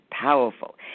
powerful